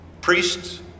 Priests